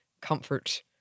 comfort